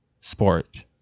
sport